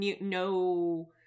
no